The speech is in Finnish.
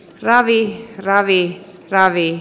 raviin ravi kc ravi